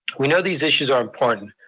we know these issues are important,